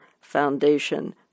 foundation